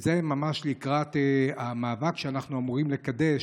וזה ממש לקראת המאבק שאנחנו אמורים לקדש,